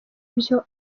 byo